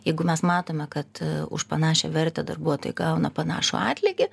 jeigu mes matome kad ee už panašią vertę darbuotojai gauna panašų atlygį